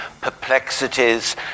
perplexities